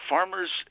Farmers